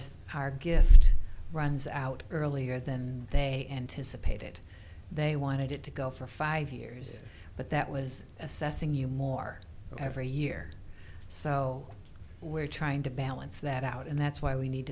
our gift runs out earlier than they anticipated they wanted it to go for five years but that was assessing you more every year sell where trying to balance that out and that's why we need